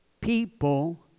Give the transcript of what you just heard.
people